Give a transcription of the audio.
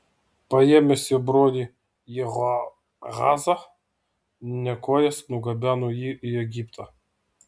paėmęs jo brolį jehoahazą nekojas nugabeno jį į egiptą